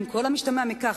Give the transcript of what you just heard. עם כל המשתמע מכך,